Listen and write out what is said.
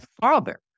father